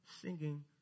singing